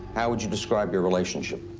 how would you describe your relationship?